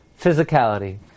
physicality